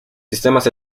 sistemas